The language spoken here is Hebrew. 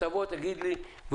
שתגיד לי,